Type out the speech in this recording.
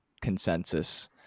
consensus